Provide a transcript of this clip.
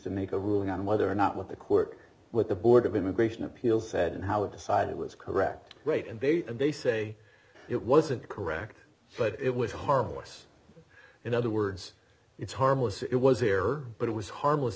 to make a ruling on whether or not what the court with the board of immigration appeals said and how it decided was correct great and they and they say it wasn't correct but it was harmless in other words it's harmless it was error but it was harmless